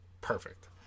perfect